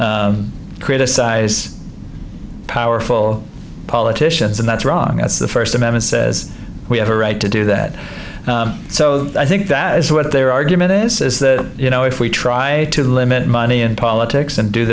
criticize powerful politicians and that's wrong that's the first amendment says we have a right to do that so i think that is what their argument is is that you know if we try to limit money in politics and do